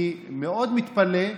אני מאוד מתפלא,